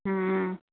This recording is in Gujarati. હમ્મ